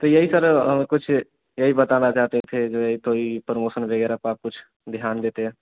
तो यही सर कुछ यही बताना चाहते थे जो यह तो यह प्रमोसन वग़ैरह का कुछ ध्यान देते